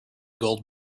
gold